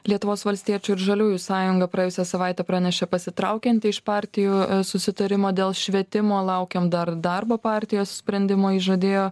lietuvos valstiečių ir žaliųjų sąjunga praėjusią savaitę pranešė pasitraukianti iš partijų susitarimo dėl švietimo laukiam dar darbo partijos sprendimo ji žadėjo